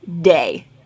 day